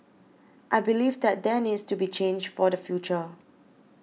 I believe that there needs to be change for the future